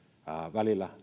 välillä